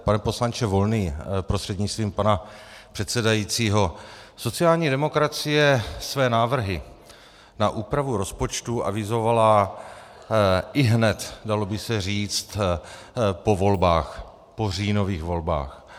Pane poslanče Volný prostřednictvím pana předsedajícího, sociální demokracie své návrhy na úpravu rozpočtu avizovala ihned, dalo by se říct, po volbách, po říjnových volbách.